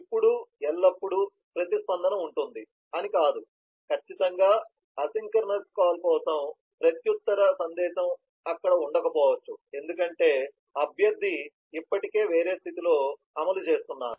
ఇప్పుడు ఎల్లప్పుడూ ప్రతిస్పందన ఉంటుంది అని కాదు ఖచ్చితంగా అసింక్రోనస్ కాల్ కోసం ప్రత్యుత్తర సందేశం అక్కడ ఉండకపోవచ్చు ఎందుకంటే అభ్యర్థి ఇప్పటికే వేరే స్థితిలో అమలు చేస్తున్నారు